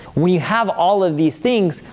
when you have all of these things,